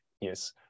Yes